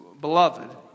Beloved